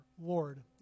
Lord